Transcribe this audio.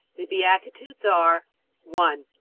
the beatitudes are one.